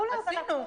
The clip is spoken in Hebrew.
מעולה.